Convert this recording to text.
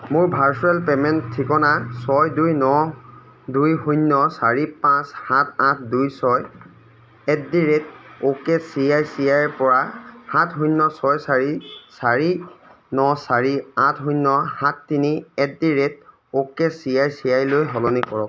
মোৰ virtual payment ঠিকনা ছয় দুই ন দুই শূন্য চাৰি পাঁচ সাত আঠ দুই ছয় at the rate O K C I C আইৰপৰা সাত শূন্য ছয় চাৰি চাৰি ন চাৰি আঠ শূন্য সাত তিনি at the rate O K C I C I লৈ সলনি কৰক